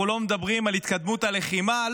אנחנו לא מדברים על התקדמות הלחימה?